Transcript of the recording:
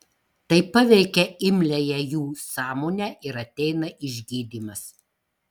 tai paveikia imliąją jų sąmonę ir ateina išgydymas